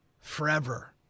Forever